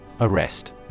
Arrest